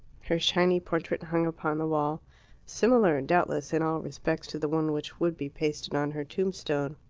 her shiny portrait hung upon the wall similar, doubtless, in all respects to the one which would be pasted on her tombstone.